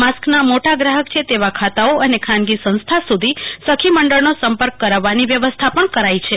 mask ના મોટા ગ્રાફક છે તેવા ખાતાઓ અને ખાનગી સંસ્થા સુધી સખી મંડળ નો સમ્પર્ક કરાવવાની વ્યવસ્થા પણ કરાઈ છે